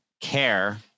care